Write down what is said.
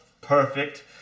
perfect